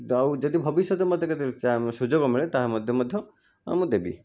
ଆଉ ଯଦି ଭବିଷ୍ୟତରେ ମୋତେ କେବେ ସୁଯୋଗ ମିଳେ ତାହା ମଧ୍ୟ ମୁଁ ଦେବି